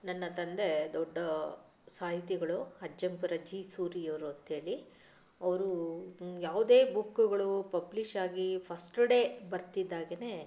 ನನ್ನ ತಂದೆ ದೊಡ್ಡ ಸಾಹಿತಿಗಳು ಅಜ್ಜಂಪುರ ಜಿ ಸೂರಿ ಅವರು ಅಂತೇಳಿ ಅವರು ಯಾವುದೇ ಬುಕ್ಗಳು ಪಬ್ಲಿಷಾಗಿ ಫಸ್ಟ್ ಡೇ ಬರ್ತಿದ್ದಾಗೆನೇ